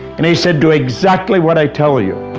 and he said do exactly what i tell you.